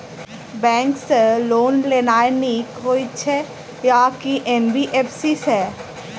Bank सँ loan लेनाय नीक होइ छै आ की एन.बी.एफ.सी सँ?